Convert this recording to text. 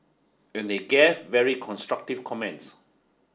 and they gave very constructive comments